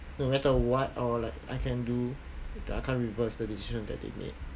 no matter what or like I can do that I can't reverse the decision that they make